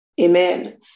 Amen